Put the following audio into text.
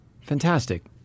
Fantastic